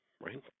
right